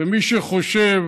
ומי שחושב